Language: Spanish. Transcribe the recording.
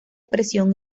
presión